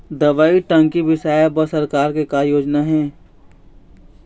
दवई टंकी बिसाए बर सरकार के का योजना हे?